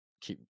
keep